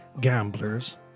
gamblers